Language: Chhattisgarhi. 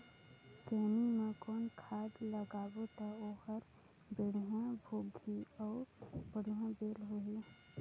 खैनी मा कौन खाद लगाबो ता ओहार बेडिया भोगही अउ बढ़िया बैल होही?